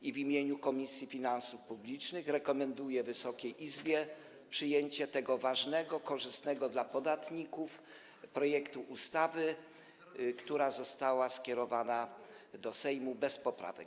I w imieniu Komisji Finansów Publicznych rekomenduję Wysokiej Izbie przyjęcie tego ważnego, korzystnego dla podatników projektu ustawy, która została skierowana do Sejmu właściwie bez poprawek.